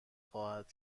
خواهد